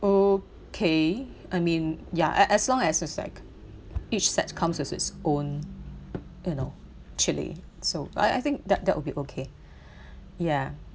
okay I mean ya as as long it's like each set comes with its own you know chili so I think that that will be okay ya